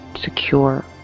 secure